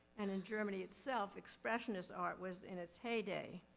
and in germany itself expressionist art was in its heyday.